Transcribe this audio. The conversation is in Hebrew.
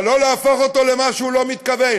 אבל לא להפוך אותו למה שהוא לא מתכוון.